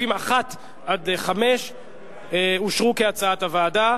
סעיפים 1 5 אושרו, כהצעת הוועדה.